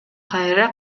кайра